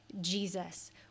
Jesus